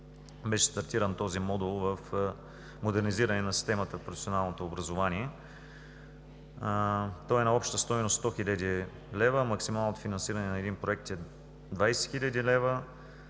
беше стартиран този модул в модернизиране на системата в професионалното образование, който е на обща стойност 100 хил. лв., а максималното финансиране на един проект е 20 хил. лв.